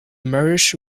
marriage